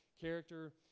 character